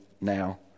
now